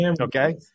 Okay